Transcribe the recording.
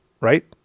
right